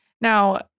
Now